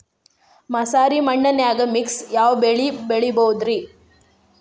ಮಸಾರಿ ಮಣ್ಣನ್ಯಾಗ ಮಿಕ್ಸ್ ಯಾವ ಬೆಳಿ ಬೆಳಿಬೊದ್ರೇ?